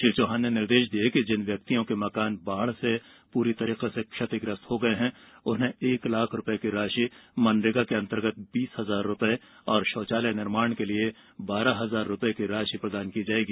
श्री चौहान ने निर्देश दिये कि जिन व्यक्तियों के मकान बाढ़ से पूरी तरह क्षतिग्रस्त हो गये हैं उन्हें एक लाख रुपये की राशि मनरेगा के अंतर्गत बीस हजार रुपये और शौचालय निर्माण के लिए बारह हजार रूपये की राशि प्रदान की जायेगी